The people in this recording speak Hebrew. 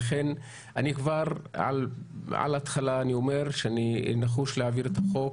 אני אומר שאני נחוש להעביר את החוק,